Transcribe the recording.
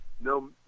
No